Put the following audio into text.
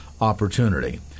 opportunity